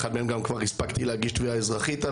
על אחד מהם כבר הספקתי להגיש תביעה אזרחית.